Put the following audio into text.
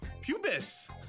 pubis